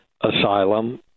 asylum